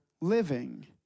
living